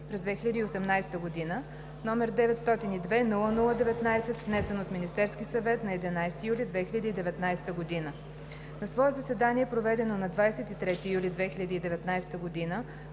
през 2018 г., № 902-00-19, внесен от Министерския съвет на 11 юли 2019 г. На свое заседание, проведено на 23 юли 2019 г.,